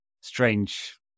Strange